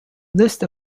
list